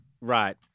Right